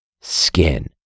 skin